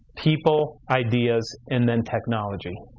people, ideas, and then technology.